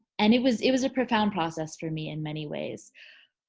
and it was it was a profound process for me in many ways.